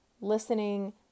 listening